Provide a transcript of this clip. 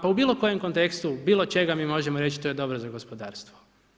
Pa u bilo kojem kontekstu, bilo čega mi možemo reći to je dobro za gospodarstvo.